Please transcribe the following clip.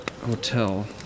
hotel